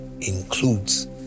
includes